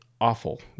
awful